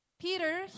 Peter